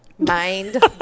Mind